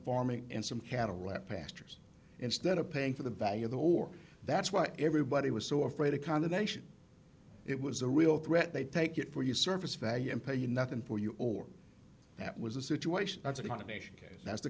farming and some cadillac pastures instead of paying for the value of the war that's why everybody was so afraid of condemnation it was a real threat they take it for your service value and pay you nothing for you or that was a situation that's